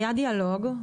היה דיאלוג.